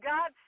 God